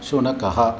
शुनकः